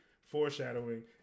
foreshadowing